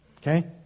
Okay